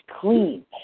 clean